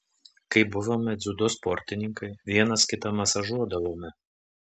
kai buvome dziudo sportininkai vienas kitą masažuodavome